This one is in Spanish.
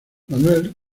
manuel